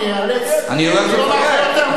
אני איאלץ לומר לך יותר מזה.